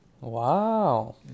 Wow